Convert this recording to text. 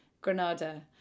Granada